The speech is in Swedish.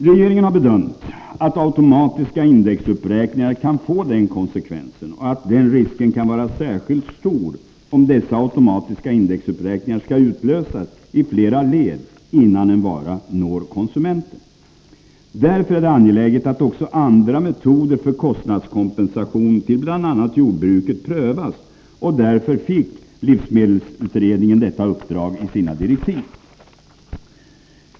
Regeringen har bedömt att automatiska indexuppräkningar kan få den konsekvensen och att den risken kan vara särskilt stor, om dessa automatiska indexuppräkningar skall utlösas i flera led innan en vara når konsumenten. Därför är det angeläget att också andra metoder för kostnadskompensation till bl.a. jordbruket prövas, och därför fick livsmedelsutredningen detta uppdrag i sina direktiv.